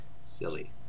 silly